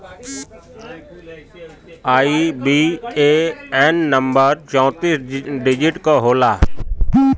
IBAN number चौतीस digit क होला